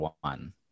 one